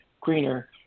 greener